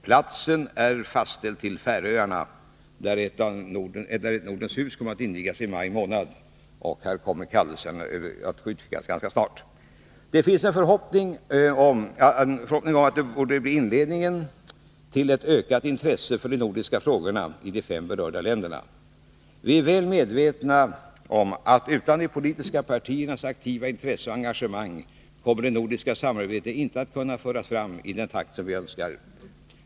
Platsen är fastställd till Färöarna, där ett Nordens hus kommer att invigas i maj månad. Det finns en förhoppning om att detta kan bli inledningen till ett ökat intresse för de nordiska frågorna i de fem berörda länderna. Vi är väl medvetna om att utan de politiska partiernas aktiva intresse och engagemang kommer det nordiska samarbetet inte att kunna föras fram i den takt vi önskar.